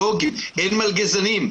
אין מלגזנים.